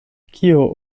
kio